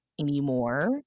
Anymore